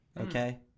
Okay